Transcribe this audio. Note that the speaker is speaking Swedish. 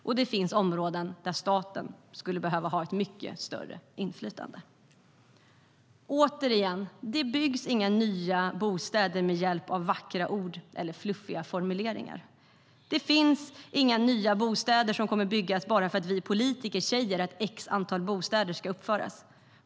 Men det finns även områden där staten skulle behöva ha ett mycket större inflytande. Det byggs inga nya bostäder med hjälp av vackra ord eller fluffiga formuleringar. Det blir inga nya bostäder för att vi politiker säger att ett visst antal bostäder ska byggas.